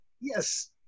yes